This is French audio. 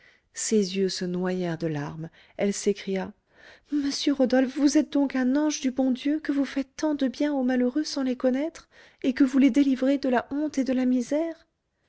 ses yeux se noyèrent de larmes elle s'écria monsieur rodolphe vous êtes donc un ange du bon dieu que vous faites tant de bien aux malheureux sans les connaître et que vous les délivrez de la honte et de la misère